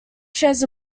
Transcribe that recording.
shares